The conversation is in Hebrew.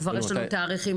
כיוונתי לדעת גדולים.